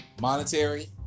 monetary